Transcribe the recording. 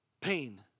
pain